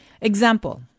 Example